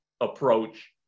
approach